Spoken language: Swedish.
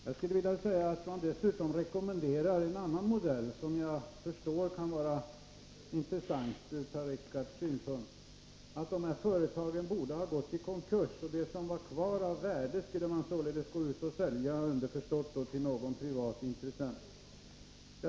Jag skulle vilja säga att man dessutom rekommenderar en annan modell, som jag förstår kan vara intressant ur Per-Richard Moléns synpunkt, nämligen att företagen borde ha gått i konkurs. Vad som var kvar av värde skulle sedan säljas, underförstått till någon privat intressent.